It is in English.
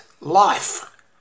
Life